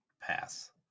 pass